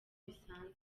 bisanzwe